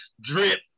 drip